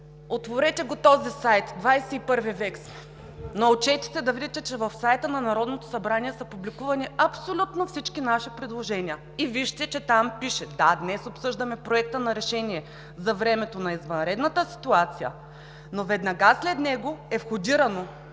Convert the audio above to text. Отворете го този сайт! XXI век сме! Научете се да виждате, че в сайта на Народното събрание са публикувани абсолютно всички наши предложения и вижте, че там пише… Да, днес обсъждаме Проект на решение за времето на извънредната ситуация, но веднага след него е входиран